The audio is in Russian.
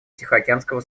тихоокеанского